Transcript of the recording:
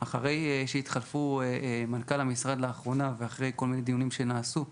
אחרי שהתחלף מנכ"ל המשרד לאחרונה ואחרי כל מיני דיונים שנעשו,